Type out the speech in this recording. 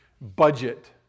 budget